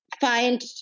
find